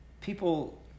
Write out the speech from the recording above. People